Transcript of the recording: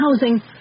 housing